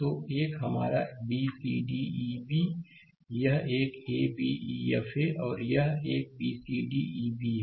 तो एक हमारा b c d e b यह एक a b e f a एक और एक b c d e b है